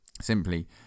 Simply